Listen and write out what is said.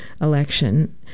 election